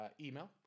email